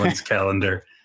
calendar